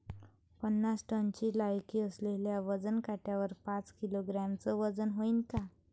पन्नास टनची लायकी असलेल्या वजन काट्यावर पाच किलोग्रॅमचं वजन व्हईन का?